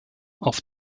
auf